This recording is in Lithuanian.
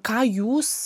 ką jūs